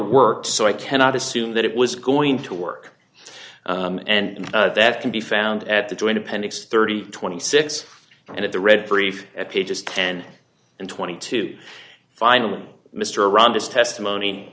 worked so i cannot assume that it was going to work and that can be found at the joint appendix thirty twenty six and in the red brief at pages ten and twenty two finally mr rhonda's testimony